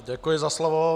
Děkuji za slovo.